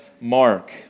Mark